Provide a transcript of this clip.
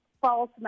false